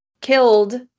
killed